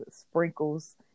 sprinkles